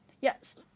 Yes